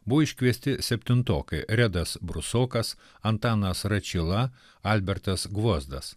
buvo iškviesti septintokai redas brusokas antanas račyla albertas gvozdas